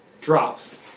drops